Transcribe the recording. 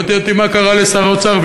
לא ידעתי מה קרה לשר האוצר,